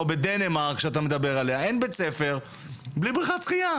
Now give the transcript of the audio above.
או בדנמרק אין בית ספר בלי בריכת שחיה.